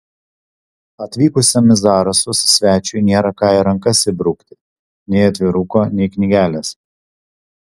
atvykusiam į zarasus svečiui nėra ką į rankas įbrukti nei atviruko nei knygelės